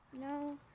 no